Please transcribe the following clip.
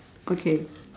okay